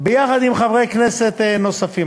ביחד עם חברי כנסת נוספים.